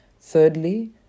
Thirdly